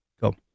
Go